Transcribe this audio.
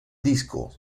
disco